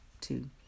two